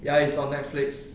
ya it's on netflix